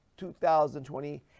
2020